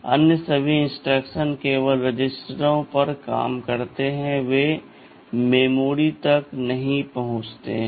अन्य सभी इंस्ट्रक्शन केवल रजिस्टरों पर काम करते हैं वे मेमोरी तक नहीं पहुंचते हैं